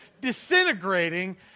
disintegrating